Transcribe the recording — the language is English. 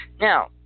now